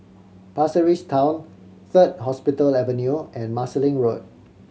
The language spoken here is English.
Pasir Ris Town Third Hospital Avenue and Marsiling Road